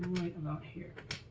about here.